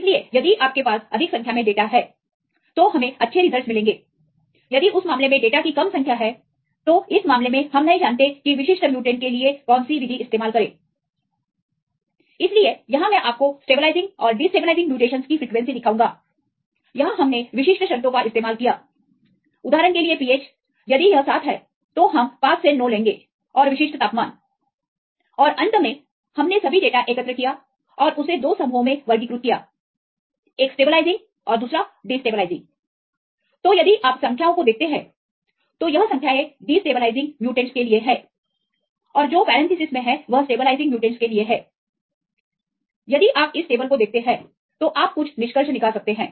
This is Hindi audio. इसलिए यदि आपके पास अधिक संख्या में डेटा है तो हमें अच्छे रिजल्टस मिलेंगे यदि उस मामले में डेटा की कम संख्या है तो इस मामले मे हम नहीं जानते कि विशिष्ट म्युटेंट के लिए वह विधि कैसी है इसलिए यहां मैं आपको स्टेबलाइजिंगऔर डिस्टेबलाइजिंग म्यूटेशंस की फ्रीक्वेंसी दिखाऊंगा यहां हमने विशिष्ट शर्तों का इस्तेमाल किया उदाहरण के लिए पीएच यदि यह 7 है तो हम 5 से 9 लेंगे और विशिष्ट तापमान और अंत में हमने सभी डेटा एकत्र किया और उसे 2 समूहों में वर्गीकृत कियाएक स्टेबलाइजिंगऔर दूसरा डिस्टेबलाइजिंग तो यदि आप संख्याओं को देखते हैं तो यह संख्याएं डिस्टेबलाइजिंग म्युटेंट्स के लिए है और जो पैरंनथेसिस में है वह स्टेबलाइजिंग म्युटेंट्स के लिए है यदि आप इस टेबल को देखते हैं तो आप कुछ निष्कर्ष निकाल सकते हैं